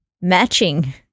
matching